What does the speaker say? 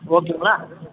ஓகேங்களா